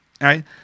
right